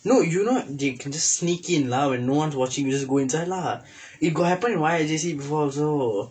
no you know they could just sneak in lah when no one's watching you just go inside lah it got happen in Y_J_C before also